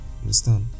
Understand